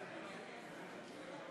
נבחר ציבור שהורשע בעבירה שיש עמה